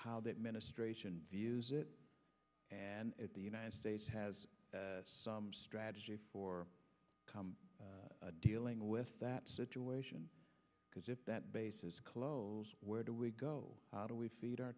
how that ministration views it and if the united states has some strategy for come dealing with that situation because if that base is close where do we go how do we feed our